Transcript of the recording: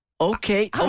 Okay